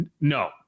No